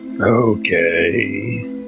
Okay